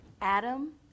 Adam